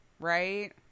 Right